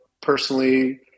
personally